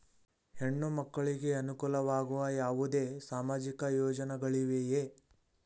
ಹೆಣ್ಣು ಮಕ್ಕಳಿಗೆ ಅನುಕೂಲವಾಗುವ ಯಾವುದೇ ಸಾಮಾಜಿಕ ಯೋಜನೆಗಳಿವೆಯೇ?